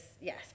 yes